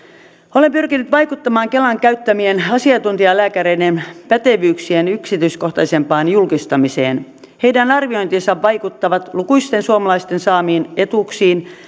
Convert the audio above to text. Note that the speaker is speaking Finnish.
olen pyrkinyt vaikuttamaan kelan käyttämien asiantuntijalääkäreiden pätevyyksien yksityiskohtaisempaan julkistamiseen heidän arviointinsa vaikuttavat lukuisten suomalaisten saamiin etuuksiin